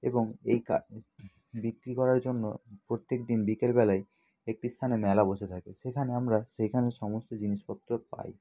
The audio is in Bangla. এবং এই কানের বিক্রি করার জন্য প্রত্যেক দিন বিকেলবেলায় একটি স্থানে মেলা বসে থাকে সেখানে আমরা সেইখানের সমস্ত জিনিসপত্র পাই